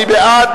מי בעד?